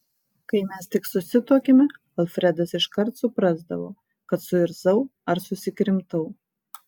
kai mes tik susituokėme alfredas iškart suprasdavo kad suirzau ar susikrimtau